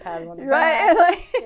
Right